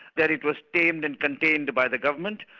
then it was tamed and contained by the government,